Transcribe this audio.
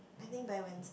I think by when